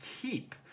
keep